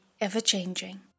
ever-changing